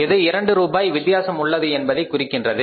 இது இரண்டு ரூபாய் வித்தியாசம் உள்ளது என்பதைக் குறிக்கின்றது